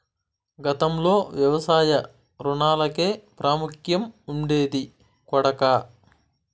గతంలో వ్యవసాయ రుణాలకే ప్రాముఖ్యం ఉండేది కొడకా